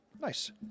Nice